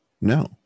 No